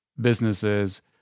businesses